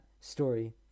story